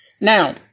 Now